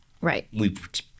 Right